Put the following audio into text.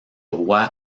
roi